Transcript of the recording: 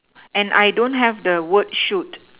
and I don't have the word shoot